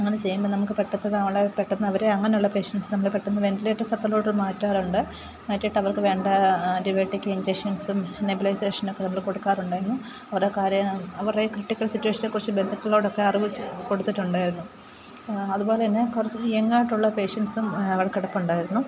അങ്ങനെ ചെയ്യുമ്പോൾ നമുക്ക് പെട്ടെന്നൊരാളെ പെട്ടെന്ന് അവർ അങ്ങനെയുള്ള പേഷ്യൻസിനെ നമ്മൾ പെട്ടെന്നു വെൻറ്റിലേറ്റർ സെക്റ്ററിലോട്ടു മാറ്റാറുണ്ട് മാറ്റിയിട്ട് അവർക്കു വേണ്ടാ ആൻറ്റിബയോട്ടിക് ഇൻജക്ഷൻസും നെബുലൈസേഷനൊക്കെ നമ്മൾ കൊടുക്കാറുണ്ടായിരുന്നു അവരുടെ കാര്യങ്ങൾ അവരുടെ ക്രിട്ടിക്കൽ ബന്ധുക്കളോടൊക്കെ അറിവ് ചോ കൊടുതിട്ടുണ്ടായിരുന്നു അതുപോലെതന്നെ കുറച്ച് യങ്ങായിട്ടുള്ള പേഷ്യൻസും അവിടെ കിടപ്പുണ്ടായിരുന്നു